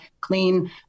clean